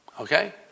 okay